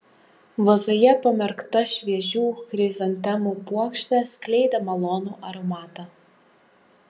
vazoje pamerkta šviežių chrizantemų puokštė skleidė malonų aromatą